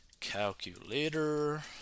calculator